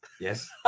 Yes